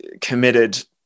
committed